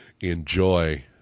enjoy